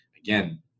Again